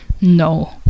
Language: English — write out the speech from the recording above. no